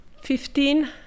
Fifteen